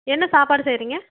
என்ன சாப்பாடு செய்கிறீங்க